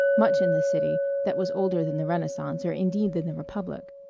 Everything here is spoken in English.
much in the city that was older than the renaissance or indeed than the republic.